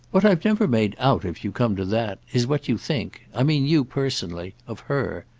what i've never made out, if you come to that, is what you think i mean you personally of her.